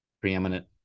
preeminent